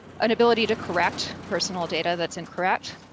an ability to correct personal data that's incorrect,